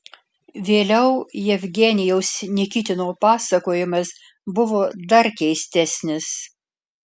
vėliau jevgenijaus nikitino pasakojimas buvo dar keistesnis